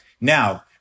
Now